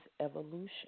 evolution